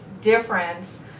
difference